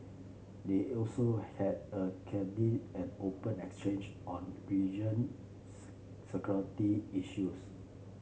they also had a candid and open exchange on region security issues